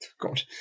God